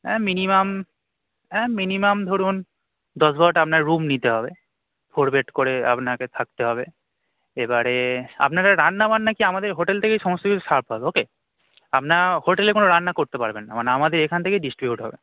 হ্যাঁ মিনিমাম হ্যাঁ মিনিমাম ধরুন দশ বারোটা আপনার রুম নিতে হবে ফোর বেড করে আপনাকে থাকতে হবে এবারে আপনাদের রান্না বান্না কি আমাদের হোটেল থেকেই সমস্ত কিছু সার্ভ হবে ও কে আপনারা হোটেলে কোনো রান্না করতে পারবেন না মানে আমাদের এখান থেকেই ডিস্ট্রিবিউট হবে